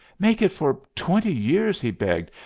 make it for twenty years, he begged.